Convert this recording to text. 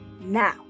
Now